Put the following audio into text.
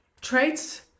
traits